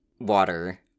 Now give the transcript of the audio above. Water